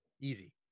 Easy